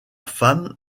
femme